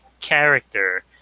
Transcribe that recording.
character